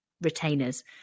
retainers